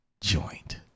joint